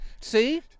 see